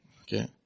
Okay